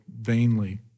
vainly